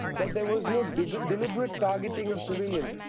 but there was no deliberate deliberate targeting of civilians.